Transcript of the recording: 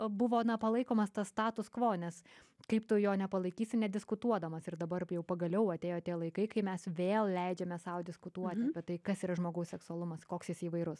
buvo na palaikomas tas status kvo nes kaip tu jo nepalaikysi nediskutuodamas ir dabar jau pagaliau atėjo tie laikai kai mes vėl leidžiame sau diskutuoti apie tai kas yra žmogaus seksualumas koks jis įvairus